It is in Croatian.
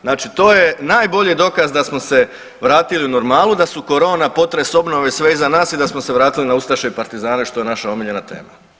Znači to je najbolji dokaz da smo se vratili u normalu, da su corona, potres, obnove sve iza nas i da smo se vratili na ustaše i partizane što je naša omiljena tema.